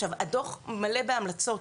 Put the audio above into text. הדו"ח מלא בהמלצות.